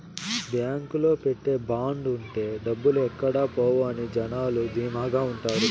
బాంకులో పెట్టే బాండ్ ఉంటే డబ్బులు ఎక్కడ పోవు అని జనాలు ధీమాగా ఉంటారు